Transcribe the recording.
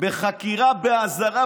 בחקירה באזהרה,